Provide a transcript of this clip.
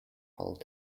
old